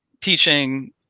teaching